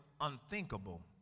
unthinkable